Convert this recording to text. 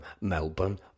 Melbourne